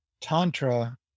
Tantra